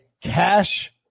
cash